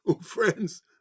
friends